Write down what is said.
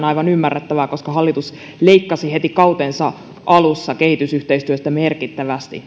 aivan ymmärrettävää koska hallitus leikkasi heti kautensa alussa kehitysyhteistyöstä merkittävästi